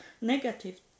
negative